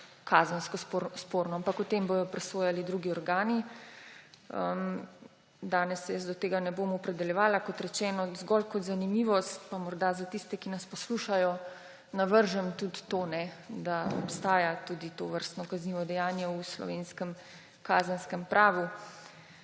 kazensko sporno. Ampak o tem bodo presojali drugi organi, danes se jaz do tega ne bom opredeljevala, kot rečeno zgolj kot zanimivost morda za tiste, ki nas poslušajo, navržem tudi to, da obstaja tudi tovrstno kaznivo dejanje v slovenskem kazenskem pravu.